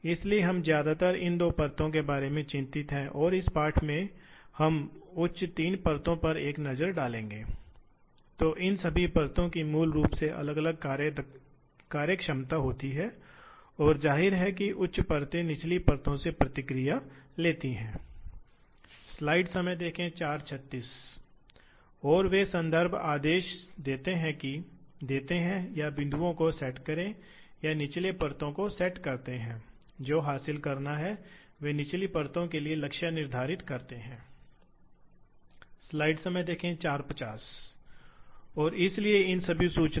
इसलिए इसलिए यह उदाहरण के लिए यह काम के टुकड़े के व्यास को कम करने के लिए इस्तेमाल किया जा सकता है इसलिए जैसे ही यह चीज घूमती है और उपकरण इस छोर से उस छोर तक एक निश्चित डिग्री के प्रवेश के साथ चलता है इसलिए यह धातु का बहुत कुछ करेगा दोनों तरफ से हटाया जा सकता है इसलिए उपकरण एक चक्र चलने के बाद व्यास इस पर कम हो जाएगा ठीक है इसलिए यह मोड़ का उत्पादन होता है